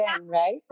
right